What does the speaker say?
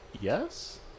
Yes